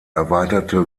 erweiterte